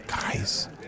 Guys